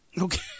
okay